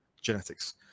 genetics